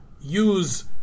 use